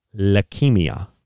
Leukemia